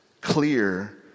clear